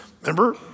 Remember